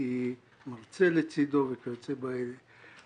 הייתי מרצה לצידו וכיוצא באלה.